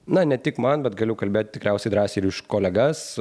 na ne tik man bet galiu kalbėt tikriausiai drąsiai ir už kolegas